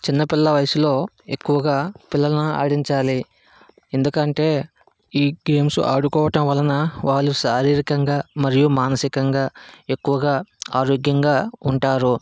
చిన్న పిల్ల వయసులో ఎక్కువగా పిల్లలను ఆడించాలి ఎందుకంటే ఈ గేమ్స్ ఆడుకోవటం వలన వాళ్ళు శారీరకంగా మరియు మానసికంగా ఎక్కువగా ఆరోగ్యంగా ఉంటారు